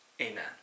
Amen